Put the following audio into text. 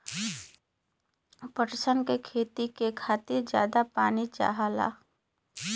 पटसन के खेती के खातिर जादा पानी चाहला